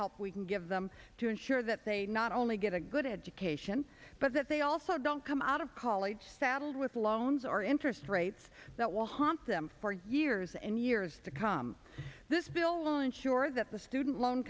help we can give them to ensure that they not only get a good education but that they also don't come out of college saddled with loans or interest rates that will ha want them for years and years to come this bill will ensure that the student loan